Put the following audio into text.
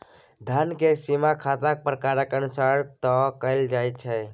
धन केर सीमा खाताक प्रकारेक अनुसार तय कएल जाइत छै